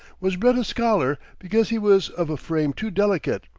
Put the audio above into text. was bred a scholar because he was of a frame too delicate,